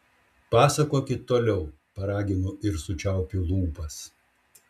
pasakokit toliau paraginu ir sučiaupiu lūpas